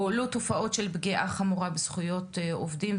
הועלו תופעות של פגיעה חמורה בזכויות עובדים.